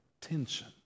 tension